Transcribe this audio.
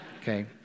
okay